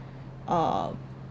uh